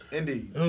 indeed